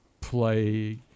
play